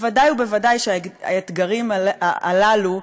ודאי וודאי שהאתגרים הללו,